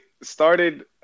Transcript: started –